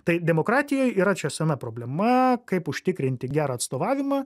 tai demokratija yra čia sena problema kaip užtikrinti gerą atstovavimą